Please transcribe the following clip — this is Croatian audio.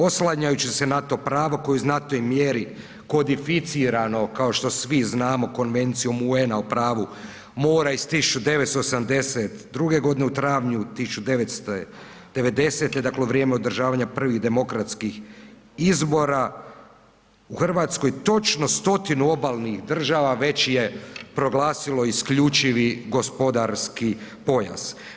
Oslanjajući se na to pravo koje je u znatnoj mjeri kodificirano kao što svi znamo Konvencijom UN-a o pravu mora iz 1972. godine u travnju 1990., dakle u vrijeme održavanja prvih demokratskih izbora u Hrvatskoj, točno stotinu obalnih država već je proglasilo isključivi gospodarski pojas.